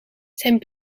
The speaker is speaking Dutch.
zijn